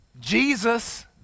Jesus